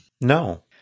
No